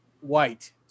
white